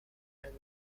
and